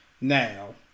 Now